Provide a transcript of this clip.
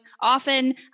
often